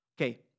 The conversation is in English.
Okay